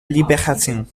libération